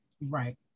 Right